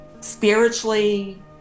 spiritually